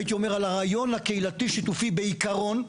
הייתי אומר על הרעיון הקהילתי-שיתופי בעיקרון,